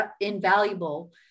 invaluable